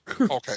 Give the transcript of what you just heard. Okay